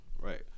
Right